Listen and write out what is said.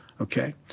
okay